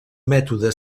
mètode